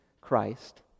Christ